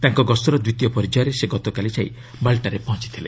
ତାଙ୍କ ଗସ୍ତର ଦ୍ୱିତୀୟ ପର୍ଯ୍ୟାୟରେ ସେ ଗତକାଲି ଯାଇ ମାଲ୍ଟାରେ ପହଞ୍ଚଥିଲେ